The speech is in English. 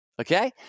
okay